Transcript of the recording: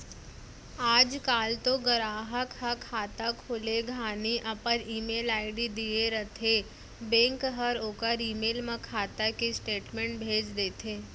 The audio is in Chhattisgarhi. आज काल तो गराहक ह खाता खोले घानी अपन ईमेल आईडी दिए रथें बेंक हर ओकर ईमेल म खाता के स्टेटमेंट भेज देथे